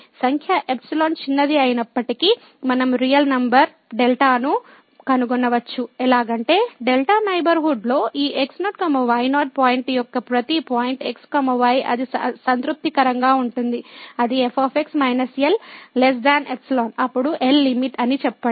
సంఖ్య ఎప్సిలాన్ చిన్నది అయినప్పటికీ మనం రియల్ నంబర్ δ ను కనుగొనవచ్చు ఎలాగంటే δ నైబర్హుడ్ లో ఈ x0 y0 పాయింట్ యొక్క ప్రతి పాయింట్ x y అది సంతృప్తికరంగా ఉంటుంది అది | f L | ϵ అప్పుడు L లిమిట్ అని చెప్పండి